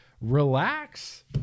relax